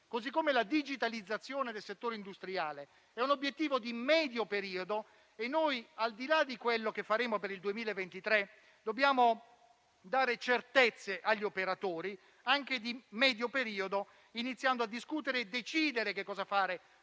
così come la digitalizzazione del settore industriale, è un obiettivo di medio periodo e noi, al di là di quello che faremo per il 2023, dobbiamo dare certezze agli operatori anche di medio periodo iniziando a discutere e decidere che cosa fare